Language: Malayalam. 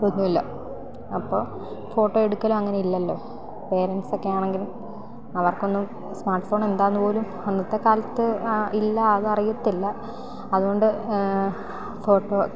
ഒന്നുമില്ല അപ്പോൾ ഫോട്ടോ എടുക്കലും അങ്ങനെ ഇല്ലല്ലോ പേരൻറ്റ്സൊക്കെ ആണെങ്കിലും അവർക്കൊന്നും സ്മാർട്ട് ഫോൺ എന്താണെന്ന് പോലും അന്നത്തെ കാലത്ത് ആ ഇല്ല അതറിയത്തില്ല അതുകൊണ്ട് ഫോട്ടോ